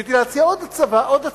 רציתי להציע עוד הצעה,